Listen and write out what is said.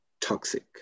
toxic